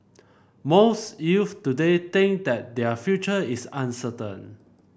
most youths today think that their future is uncertain